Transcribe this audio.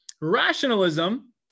Rationalism